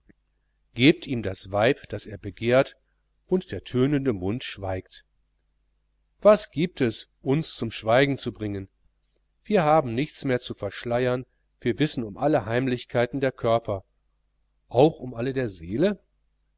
gebt ihm das weib das er begehrt und der tönende mund schweigt was gibt es uns zum schweigen zu bringen wir haben nichts mehr zu verschleiern wir wissen um alle heimlichkeiten der körper auch um alle der seele